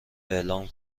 اعلام